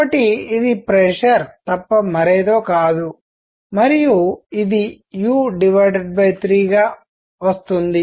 కాబట్టి ఇది ప్రెషర్ తప్ప మరేదో కాదు మరియు ఇది u 3 గా వస్తుంది